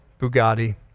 Bugatti